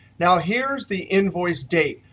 now, here's the invoice date.